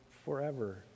forever